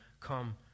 come